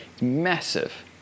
massive